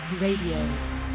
Radio